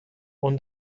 اون